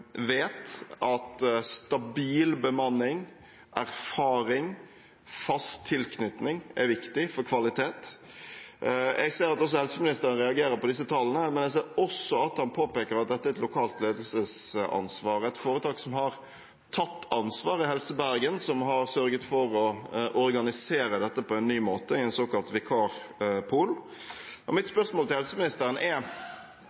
vet at stabil bemanning, erfaring og fast tilknytning er viktig for kvalitet. Jeg ser at også helseministeren reagerer på disse tallene, men jeg ser også at han påpeker at dette er et lokalt ledelsesansvar. Et foretak som har tatt ansvar, er Helse Bergen, som har sørget for å organisere dette på en ny måte i en såkalt vikarpool. Mitt spørsmål til helseministeren er: